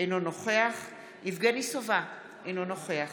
אינו נוכח יבגני סובה, אינו נוכח